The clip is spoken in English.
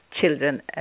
children